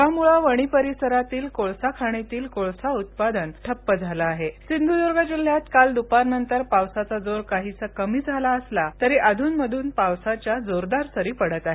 पुरामुळं कोळसा खाणीतील कोळसा उत्पादन ठप्प झालं आहे सिंघुदुर्ग जिल्ह्यात काल दुपारनंतर पावसाचा जोर काहीसा कमी झाला असला तरी अधूनमधून पावसाच्या जोरदार सरी पडत आहेत